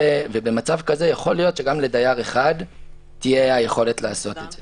ובמצב כזה יכול להיות שגם לדייר אחד תהיה היכולת לעשות את זה.